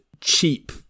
cheap